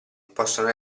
possono